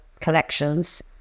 collections